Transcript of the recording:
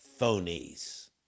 phonies